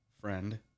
friend